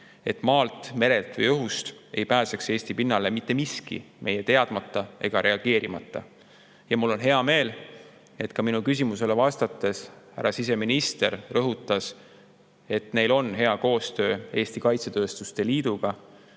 et maalt, merelt ja õhust ei pääseks mitte miski meie teadmata ega reageerimata Eesti pinnale. Mul on hea meel, et minu küsimusele vastates härra siseminister rõhutas, et neil on hea koostöö Eesti kaitsetööstuse liiduga,